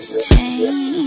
change